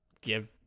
give